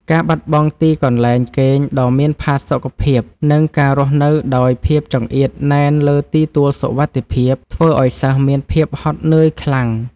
ការបាត់បង់ទីកន្លែងគេងដ៏មានផាសុកភាព និងការរស់នៅដោយភាពចង្អៀតណែនលើទីទួលសុវត្ថិភាព ធ្វើឱ្យសិស្សមានភាពហត់នឿយខ្លាំង។